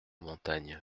montagne